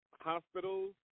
hospitals